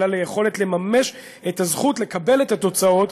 אלא ליכולת לממש את הזכות לקבל את התוצאות,